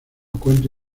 cuento